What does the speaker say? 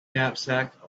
knapsack